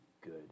good